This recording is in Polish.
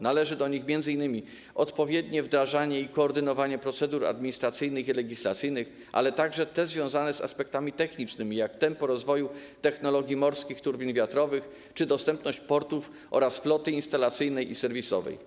Należą do nich m.in. odpowiednie wdrażanie i koordynowanie procedur administracyjnych i legislacyjnych, ale także wyzwania związane z aspektami technicznymi, jak tempo rozwoju technologii morskich turbin wiatrowych czy dostępność portów oraz floty instalacyjnej i serwisowej.